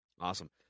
Awesome